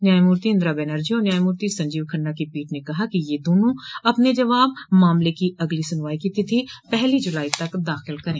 न्यायमूर्ति इंदिरा बैनर्जी और न्यायमूर्ति संजीव खन्ना की पीठ ने कहा है कि ये दोनों अपने जवाब मामले की अगली सुनवाई की तिथि पहली जुलाई तक दाखिल करें